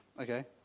Okay